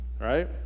Right